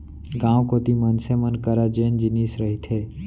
गाँव कोती मनसे मन करा जेन जिनिस रहिथे